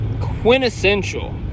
quintessential